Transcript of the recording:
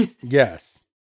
Yes